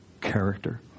character